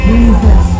Jesus